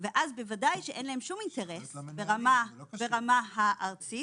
ואז בוודאי שאין להם שום אינטרס ברמה הארצית,